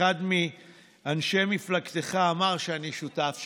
אחד מאנשי מפלגתך אמר שאני שותף שלך.